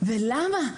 ולמה?